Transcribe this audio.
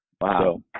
Wow